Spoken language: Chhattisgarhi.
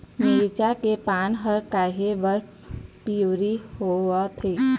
मिरचा के पान हर काहे बर पिवरी होवथे?